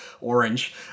orange